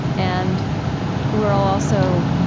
and we're all, also,